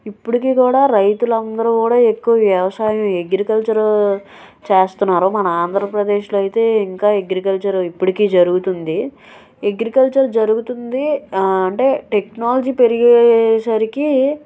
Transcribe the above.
ఇప్పటికీ కూడా రైతులు అందరూ కూడా ఎక్కువ వ్యవసాయం అగ్రికల్చరు చేస్తున్నారు మన ఆంధ్రప్రదేశ్లో అయితే ఇంకా అగ్రికల్చరు ఇప్పటికీ జరుగుతుంది అగ్రికల్చర్ జరుగుతుంది అంటే టెక్నాలజీ పెరిగే సరికి